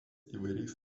įvairiais